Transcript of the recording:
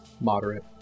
Moderate